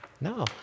No